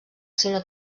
sinó